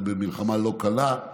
במלחמה לא קלה.